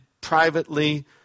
privately